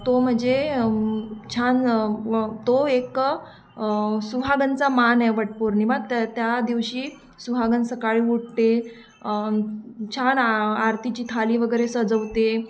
तो म्हणजे छान व तो एक सुहागनचा मान आहे वटपौर्णिमा तर त्या दिवशी सुहागन सकाळी उठते छान आ आरतीची थाली वगैरे सजवते